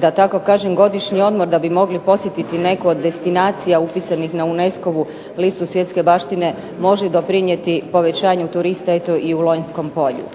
da tako kažem godišnji odmor da bi mogli posjetiti neku od destinacija upisanih na UNESCO-ovu listu svjetske baštine može doprinijeti povećanju turista i u Lonjskom polju.